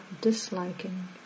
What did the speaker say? disliking